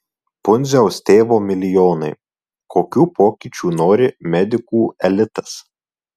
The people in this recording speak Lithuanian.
pundziaus tėvo milijonai kokių pokyčių nori medikų elitas